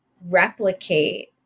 replicate